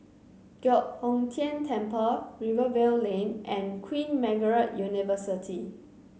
Giok Hong Tian Temple Rivervale Lane and Queen Margaret University